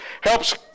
helps